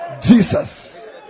Jesus